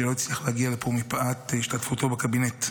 שלא הצליח להגיע לפה מפאת השתתפותו בקבינט.